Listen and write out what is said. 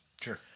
Sure